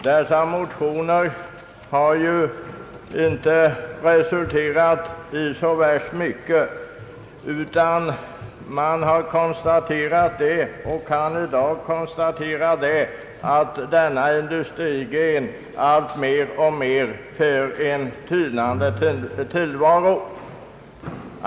Dessa motioner har ju inte resulterat i så värst mycket, utan man har konstaterat och kan i dag konstatera att denna industrigren för en alltmer tynande tillvaro.